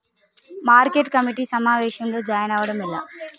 Market committee సమావేశంలో join అవ్వడం ఎలా?